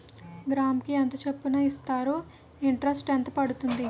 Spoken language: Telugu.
గ్రాముకి ఎంత చప్పున ఇస్తారు? ఇంటరెస్ట్ ఎంత పడుతుంది?